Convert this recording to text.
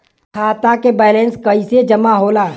खाता के वैंलेस कइसे जमा होला?